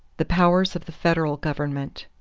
the powers of the federal government.